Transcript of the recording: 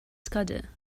scudder